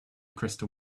crystal